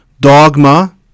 Dogma